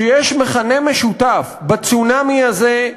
שיש מכנה משותף בצונאמי הזה,